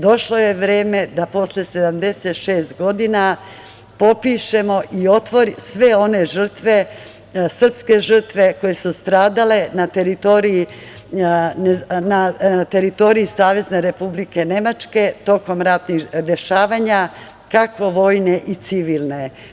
Došlo je vreme da posle 76 godina popišemo sve one žrtve, srpske žrtve koje su stradale na teritoriji Savezne Republike Nemačke tokom ratnih dešavanja kako vojne i civilne.